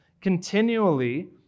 continually